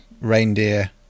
reindeer